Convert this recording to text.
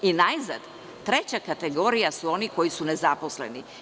Najzad, treća kategorija su oni koji su nezaposleni.